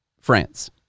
France